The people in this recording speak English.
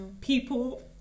people